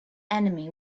enemy